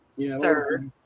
sir